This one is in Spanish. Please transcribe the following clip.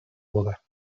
boda